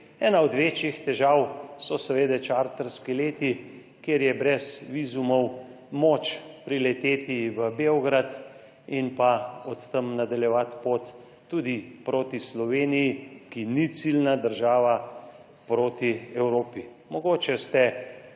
Ena od večjih težav so seveda čarterski leti, kjer je brez vizumov moč prileteti v Beograd in od tam nadaljevati pot tudi proti Sloveniji, ki ni ciljna država, proti Evropi.